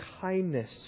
kindness